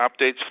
updates